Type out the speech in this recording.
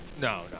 no